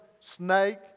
snake